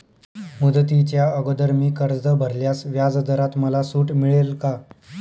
मुदतीच्या अगोदर मी कर्ज भरल्यास व्याजदरात मला सूट मिळेल का?